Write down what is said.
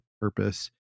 purpose